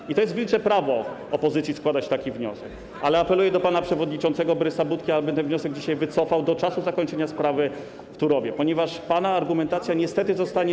I to jest wilcze prawo opozycji składać taki wniosek, ale apeluję do pana przewodniczącego Borysa Budki, aby ten wniosek dzisiaj wycofał do czasu zakończenia sprawy w Turowie, ponieważ pana argumentacja niestety zostanie.